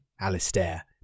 Alistair